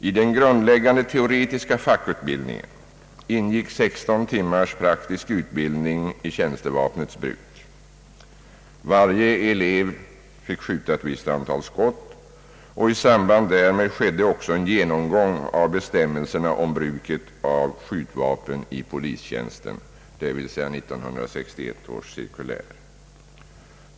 I den grundläggande teoretiska fackutbildningen ingick 16 timmars praktisk utbildning i tjänstevapnets bruk. Varje elev fick skjuta ett visst antal skott och i samband därmed skedde också en genomsgång av bestämmelserna om bruket av skjutvapen i tjänst, dvs. 1961 års cirkulär.